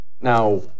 now